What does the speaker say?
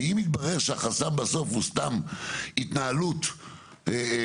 ואם יתברר שהחסם בסוף הוא סתם התנהלות גרועה,